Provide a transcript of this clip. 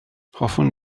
hoffwn